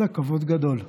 ראדה, כבוד גדול.